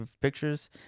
pictures